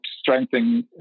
strengthening